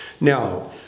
Now